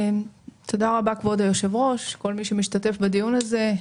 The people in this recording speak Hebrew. תודה רבה כבוד היושב ראש, כל מי שמשתתף בדיון הזה.